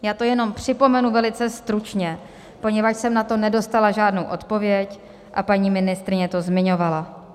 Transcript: Já to jenom připomenu velice stručně, poněvadž jsem na to nedostala žádnou odpověď a paní ministryně to zmiňovala.